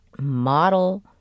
model